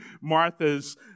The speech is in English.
Martha's